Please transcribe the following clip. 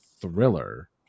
thriller